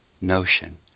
notion